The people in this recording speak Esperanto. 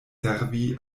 servi